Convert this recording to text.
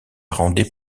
rendait